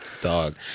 Dog